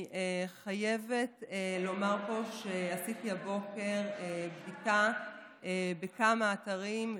אני חייבת לומר פה שעשיתי הבוקר בדיקה בכמה אתרים,